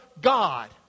God